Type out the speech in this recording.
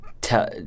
tell